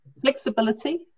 Flexibility